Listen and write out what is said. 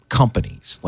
companies